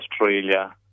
Australia